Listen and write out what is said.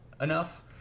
enough